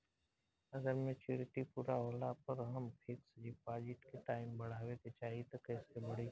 अगर मेचूरिटि पूरा होला पर हम फिक्स डिपॉज़िट के टाइम बढ़ावे के चाहिए त कैसे बढ़ी?